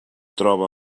troba